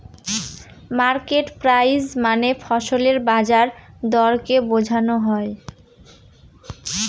market price মানে ফসলের বাজার দরকে বোঝনো হয়